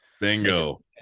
Bingo